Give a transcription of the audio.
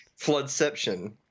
floodception